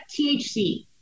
THC